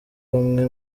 bamwe